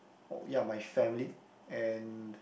oh ya my family and